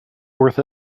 worth